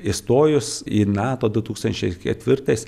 įstojus į nato du tūkstančiai ketvirtais